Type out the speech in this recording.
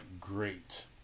great